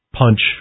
punch